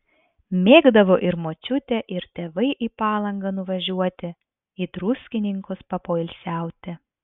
mėgdavo ir močiutė ir tėvai į palangą nuvažiuoti į druskininkus papoilsiauti